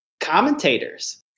commentators